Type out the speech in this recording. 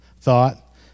thought